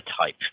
type